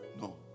No